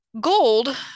gold